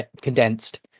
condensed